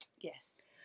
Yes